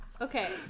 okay